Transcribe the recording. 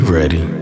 ready